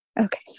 Okay